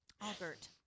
Albert